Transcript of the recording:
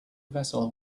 vessel